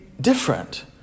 different